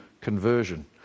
conversion